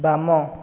ବାମ